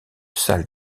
salle